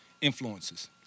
influences